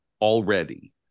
already